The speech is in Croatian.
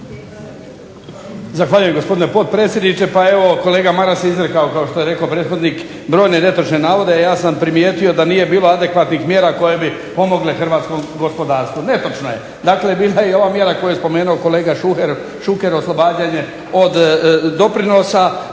Zahvaljujem gospodine potpredsjedniče. Pa evo kolega Maras izrekao kao što je rekao prethodnik brojne netočne navode. Ja sam primijetio da nije bilo adekvatnih mjera koje bi pomogle hrvatskom gospodarstvu. Netočno je. Dakle, bila je i ova mjera koju je spomenuo kolega Šuker oslobađanje od doprinosa,